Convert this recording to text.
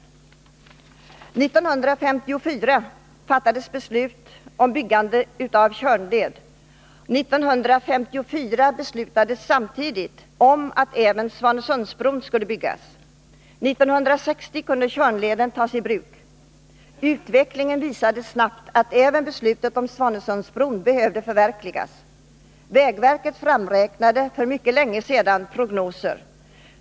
1954 fattades beslut om byggande av Tjörnleden. Samtidigt beslutades att också Stenungsundsbron skulle byggas. 1960 kunde Tjörnleden tas i bruk. Utvecklingen visade snabbt att även beslutet om Svanesundsbron behövde förverkligas. Vägverket framräknade för mycket länge sedan prognoser när det gäller Svanesundsbron.